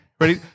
Ready